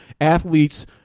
athletes –